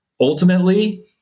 ultimately